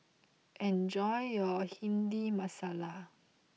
enjoy your Bhindi Masala